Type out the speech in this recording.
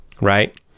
right